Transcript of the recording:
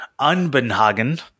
Unbenhagen